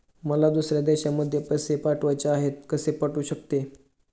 मला दुसऱ्या देशामध्ये पैसे पाठवायचे आहेत कसे पाठवू शकते?